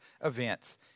events